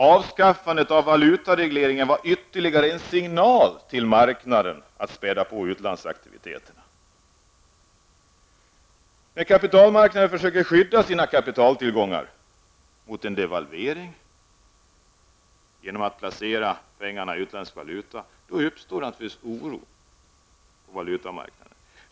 Avskaffandet av valutaregleringen var ytterligare en signal till marknaden att späda på utlandsaktiviteterna. När kapitalmarknaden försöker skydda sina kapitaltillgångar mot en devalvering, genom att placera pengarna i utländsk valuta, uppstår oro på valutamarknaden.